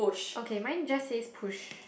okay mine just say push